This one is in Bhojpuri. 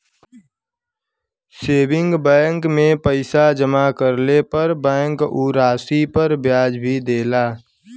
सेविंग बैंक में पैसा जमा करले पर बैंक उ राशि पर ब्याज भी देला